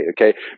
okay